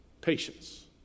patience